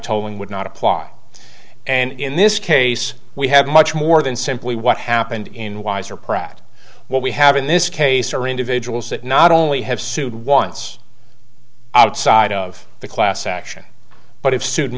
tolling would not apply and in this case we have much more than simply what happened in wiser pratt what we have in this case are individuals that not only have sued once outside of the class action but